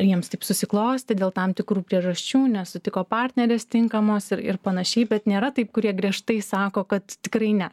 jiems taip susiklostė dėl tam tikrų priežasčių nesutiko partnerės tinkamos ir ir panašiai bet nėra taip kurie griežtai sako kad tikrai ne